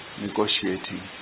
negotiating